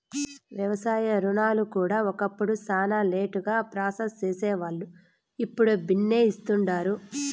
వ్యవసాయ రుణాలు కూడా ఒకప్పుడు శానా లేటుగా ప్రాసెస్ సేసేవాల్లు, ఇప్పుడు బిన్నే ఇస్తుండారు